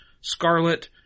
Scarlet